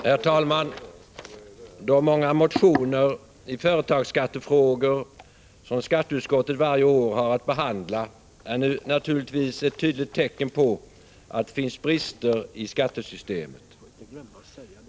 Herr talman! De många motioner i företagsskattefrågor som skatteutskottet varje år har att behandla är naturligtvis ett tydligt tecken på att det finns brister i skattesystemet.